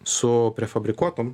su prie fabrikuotom